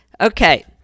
Okay